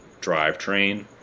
drivetrain